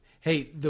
Hey